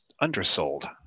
undersold